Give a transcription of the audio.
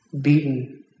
beaten